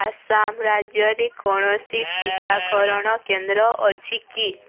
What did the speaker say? ଆସାମ ରାଜ୍ୟରେ କୌଣସି ଟିକାକରଣ କେନ୍ଦ୍ର ଅଛି କି